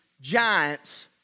giants